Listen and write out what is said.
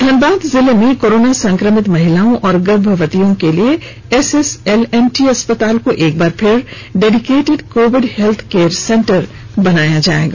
धनबाद जिले में कोरोना संक्रमित महिलाओं और गर्भवतियों के लिए एसएसएलएनटी अस्पताल को एक बार फिर dedicated covid health care centre बनाया जाएगा